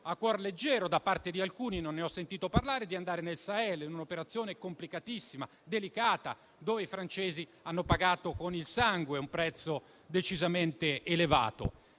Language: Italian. a cuor leggero da parte di alcuni, di andare nel Sahel. È un'operazione complicatissima e delicata, dove i francesi hanno pagato con il sangue un prezzo decisamente elevato.